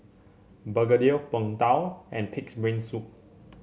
Begedil Png Tao and pig's brain soup